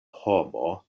homo